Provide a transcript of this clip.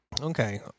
Okay